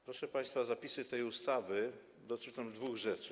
Proszę państwa, zapisy tej ustawy dotyczą dwóch rzeczy.